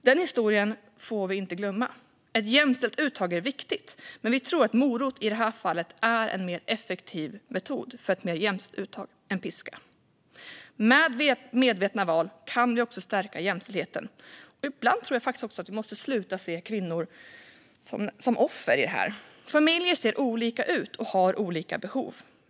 Den historien får vi inte glömma. Ett jämställt uttag är viktigt, men vi tror att morot i detta fall är en mer effektiv metod än piska för ett mer jämställt uttag. Med medvetna val kan vi också stärka jämställdheten. Och ibland tror jag faktiskt att vi också måste sluta se kvinnor som offer i detta sammanhang. Familjer ser olika ut och har olika behov.